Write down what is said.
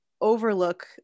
overlook